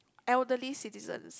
elderly citizens